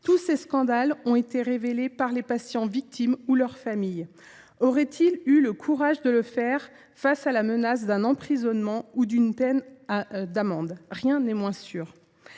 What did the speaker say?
tous ces scandales ont été révélés par des patients victimes ou par leurs familles. Auraient ils eu le courage de lancer l’alerte devant la menace d’un emprisonnement ou d’une peine d’amende ? Rien n’est moins sûr…